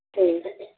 ठीक